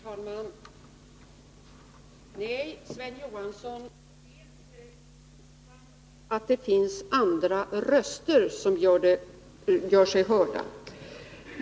Herr talman! Nej, Sven Johansson, det är inte pinsamt att det finns andra röster som gör sig hörda.